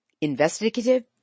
Investigative